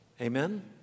Amen